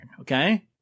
okay